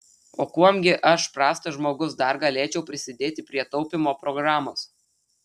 o kuom gi aš prastas žmogus dar galėčiau prisidėti prie taupymo programos